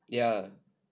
ya